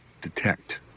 detect